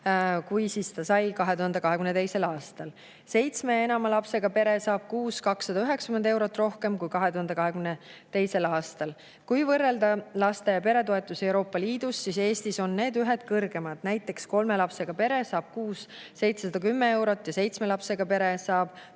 kui ta sai 2022. aastal. Seitsme ja enama lapsega pere saab kuus kuni 290 eurot rohkem kui 2022. aastal. Kui võrrelda laste- ja peretoetusi Euroopa Liidus, siis on Eestis need ühed kõrgeimad, näiteks kolme lapsega pere saab kuus 710 eurot ja seitsme lapsega pere saab